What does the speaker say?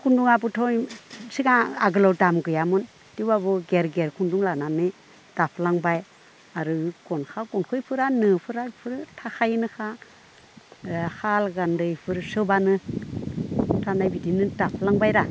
खुन्दुङाबोथ' सिगां आगोलाव दाम गैयामोन थेवब्लाबो गियार गियार खुन्दुं लानानै दाफ्लांबाय आरो गनखा गनखिफोरा नोफोराबो थाखायोनोखा ए खाल गान्दैफोर सोबआनो थानाय बिदिनो दाफ्लांबाय दा